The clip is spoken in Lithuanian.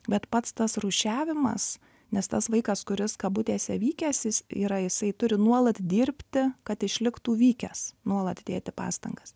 bet pats tas rūšiavimas nes tas vaikas kuris kabutėse vykęs jis yra jisai turi nuolat dirbti kad išliktų vykęs nuolat dėti pastangas